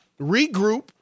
regroup